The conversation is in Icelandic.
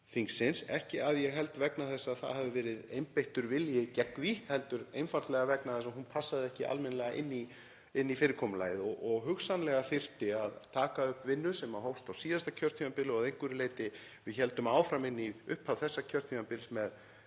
þingsins, ekki að ég held vegna þess að það hafi verið einbeittur vilji gegn því heldur einfaldlega vegna þess að hún passaði ekki almennilega inn í fyrirkomulagið, og hugsanlega þyrfti að taka upp vinnu sem hófst á síðasta kjörtímabili og að við héldum einhverju leyti áfram inn í upphaf þessa kjörtímabils með